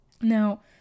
Now